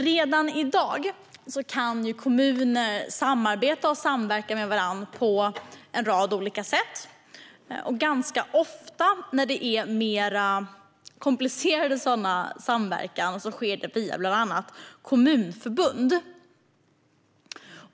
Redan i dag kan kommuner samarbeta och samverka med varandra på en rad olika sätt. Ganska ofta när det är fråga om mer komplicerad samverkan sker den bland annat via kommunalförbund.